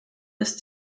ist